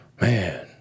Man